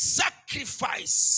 sacrifice